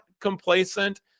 complacent